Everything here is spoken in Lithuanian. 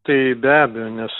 tai be abejo nes